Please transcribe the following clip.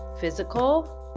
physical